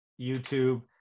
YouTube